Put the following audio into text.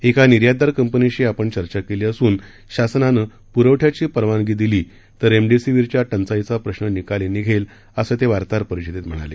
एका निर्यातदार कंपनीशी आपण चर्चा केली असून शासनानं प्रवठ्याची परवानगी दिली तर रेमडेसीवीरच्या टंचाईचा प्रश्न निकाली निघेल असं ते वार्ताहर परिषदेत म्हणाले